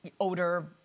odor